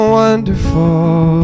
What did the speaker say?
wonderful